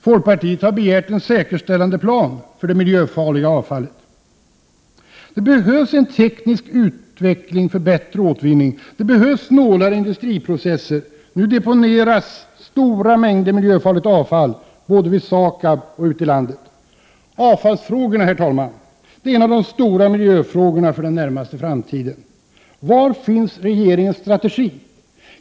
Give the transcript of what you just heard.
Folkpartiet har begärt en säkerställandeplan för det miljöfarliga avfallet. Det behövs en teknisk utveckling för bättre återvinning, det behövs snålare industriprocesser. Nu deponeras stora mängder miljöfarligt avfall både vid SAKAB och ute i landet. Avfallsfrågorna hör till de stora miljöfrågorna för den närmaste framtiden. Var finns regeringens strategi?